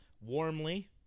warmly